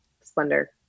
splendor